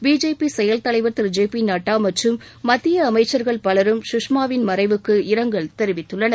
BJP செயல் தலைவர் திரு ஜே பி நட்டா மற்றும் மத்திய அமைச்சர்கள் பலரும் கஷ்மாவின் மறைவுக்கு இரங்கல் தெரிவித்துள்ளனர்